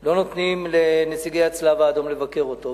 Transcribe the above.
לא נותנים לנציגי הצלב-האדום לבקר אותו,